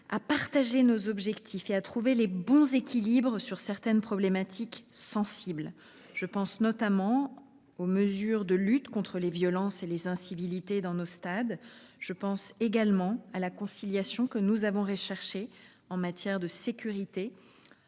à nous fixer des objectifs communs et à trouver les bons équilibres sur certaines problématiques sensibles. Je pense aux mesures de lutte contre les violences et les incivilités dans nos stades. Je pense également à la conciliation que nous avons recherchée, en matière de sécurité,